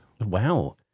Wow